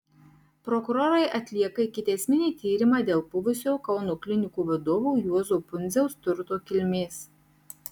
prokurorai atlieka ikiteisminį tyrimą dėl buvusio kauno klinikų vadovo juozo pundziaus turto kilmės